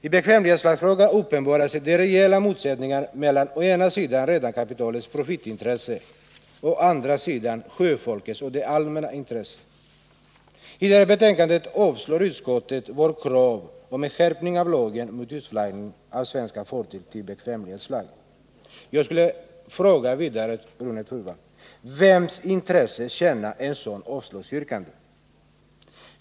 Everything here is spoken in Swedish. I bekvämlighetsflaggfrågan uppenbarar sig de reella motsättningarna mellan å ena sidan redarkapitalets profitintressen och å andra sidan sjöfolkets och det allmännas intressen. I förevarande betänkande avstyrker utskottet vårt krav på skärpt restriktivitet vid utflaggning av svenska fartyg till andra länder. Jag skulle vilja fråga Rune Torwald: Vems intressen tjänar ett sådant avslagsyrkande?